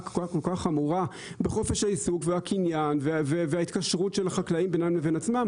כל כך חמורה בחופש העיסוק והקניין וההתקשרות של החקלאים בינם לבין עצמם